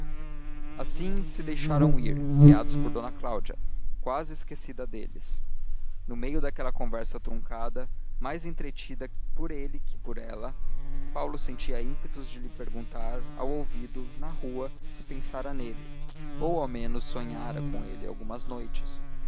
assim se deixaram ir guiados por d cláudia quase esquecida deles no meio daquela conversação truncada mais entretida por ele que por ela paulo sentia ímpetos de lhe perguntar ao ouvido na rua se pensara nele ou ao menos sonhara com ele algumas noites